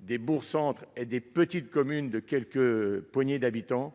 des bourgs-centres et des petites communes de quelques poignées d'habitants.